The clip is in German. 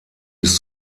bis